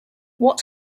what